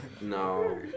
No